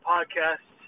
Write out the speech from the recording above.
podcast